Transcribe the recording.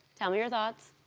tell me your thoughts?